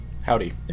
howdy